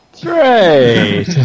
Great